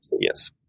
Yes